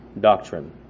doctrine